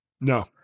No